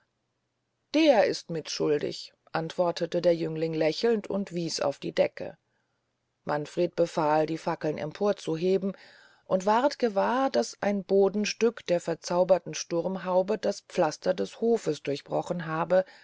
der ist mitschuldig antwortete der jüngling lächelnd und wieß auf die decke manfred befahl die fackeln empor zu heben und ward gewahr daß ein bodenstück der bezauberten sturmhaube das pflaster des hofes durchbrochen habe